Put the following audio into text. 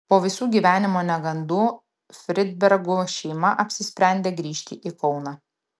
po visų gyvenimo negandų fridbergų šeima apsisprendė grįžti į kauną